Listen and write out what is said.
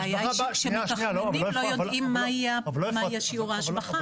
הבעיה היא שכשמתכננים לא יודעים מה יהיה שיעור ההשבחה.